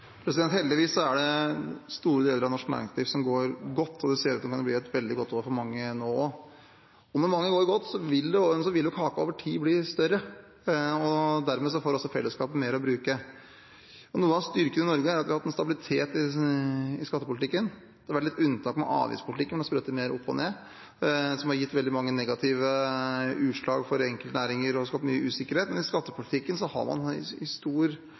Heldigvis er det store deler av norsk næringsliv som går godt, og det ser ut til å kunne bli et veldig godt år for mange nå også. Og når det går godt for mange, vil kaken over tid bli større, og dermed får også fellesskapet mer å bruke. Noe av styrken i Norge er at vi har hatt en stabilitet i skattepolitikken. Det har vært litt unntak med avgiftspolitikken, som har sprettet mer opp og ned, noe som har gitt veldig mange negative utslag for enkeltnæringer og skapt mye usikkerhet. Men i skattepolitikken har man i